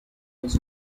was